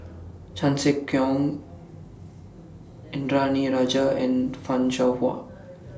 Chan Sek Keong Indranee Rajah and fan Shao Hua